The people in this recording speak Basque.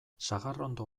sagarrondo